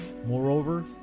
Moreover